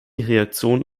reaktionen